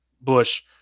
Bush